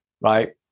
right